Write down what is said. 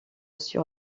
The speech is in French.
sur